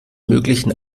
möglichen